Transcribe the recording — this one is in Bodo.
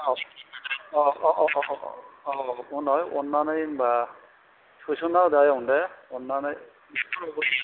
औ औ औ उनावहाय अननानै होनबा सोसनना होदो आयं दे अननानै